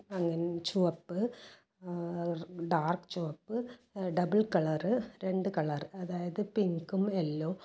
അങ്ങനെ ചുവപ്പ് ഡാർക് ചുവപ്പ് ഡബിൾ കളർ രണ്ട് കളർ അതായത് പിങ്കും യെല്ലോ